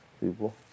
People